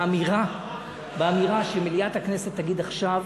באמירה שמליאת הכנסת תגיד עכשיו